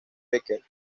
becker